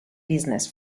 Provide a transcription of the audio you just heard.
business